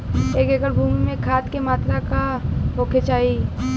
एक एकड़ भूमि में खाद के का मात्रा का होखे के चाही?